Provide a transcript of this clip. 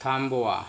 थांबवा